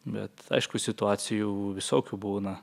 bet aišku situacijų visokių būna